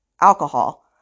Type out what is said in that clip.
alcohol